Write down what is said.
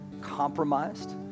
compromised